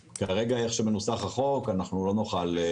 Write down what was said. כרגע, כפי שהחוק מנוסח, אנחנו לא נוכל.